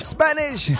Spanish